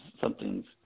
something's